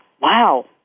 wow